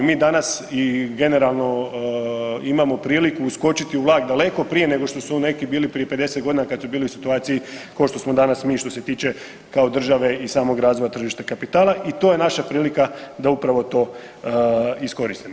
Mi danas i generalno imamo priliku uskočiti u vlak daleko prije nego što neki bili prije 50 godina kada su bili u situaciji ko što smo danas mi što se tiče kao države i samog razvoja tržišta kapitala i to je naša prilika da upravo to iskoristimo.